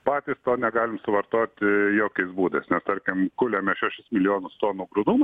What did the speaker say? patys to negalim suvartoti jokiais būdais nes tarkim kuliame šešis milijonus tonų grūdų